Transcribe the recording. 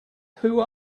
who